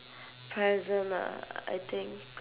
present ah I think